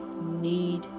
need